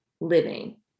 living